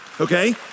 okay